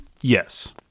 Yes